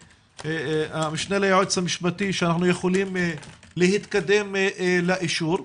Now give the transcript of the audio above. המשנה ליועץ המשפטי שאנחנו יכולים להתקדם לאישור.